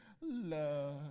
Love